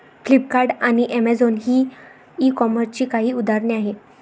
Flipkart आणि Amazon ही e कॉमर्सची काही उदाहरणे आहे